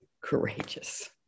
courageous